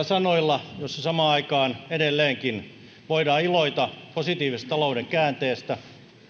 sanoilla kun samaan aikaan edelleenkin voidaan iloita positiivisesta talouden käänteestä